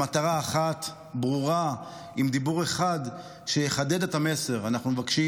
למטרה אחת ברורה עם דיבור אחד שיחדד את המסר: אנחנו מבקשים